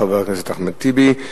חבר הכנסת אחמד טיבי.